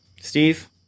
Steve